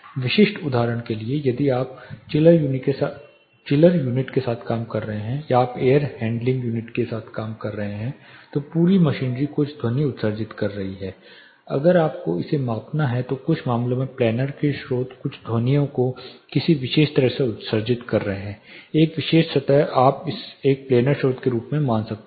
विशिष्ट उदाहरण के लिए यदि आप चिलर यूनिट के साथ काम कर रहे हैं या आप एयर हैंडलिंग यूनिट के साथ काम कर रहे हैं तो पूरी मशीनरी कुछ ध्वनि उत्सर्जित कर रही है अगर आपको इसे मापना है तो कुछ मामलों में प्लानर के स्रोत कुल ध्वनियों को किसी विशेष सतह से उत्सर्जित करते हैं या एक विशेष सतह आप इसे एक प्लेनर स्रोत के रूप में मान सकते हैं